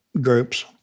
groups